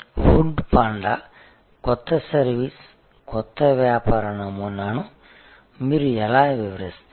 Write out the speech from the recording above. food panda కొత్త service కొత్త వ్యాపార నమూనాను మీరు ఎలా వివరిస్తారు